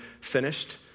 finished